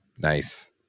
Nice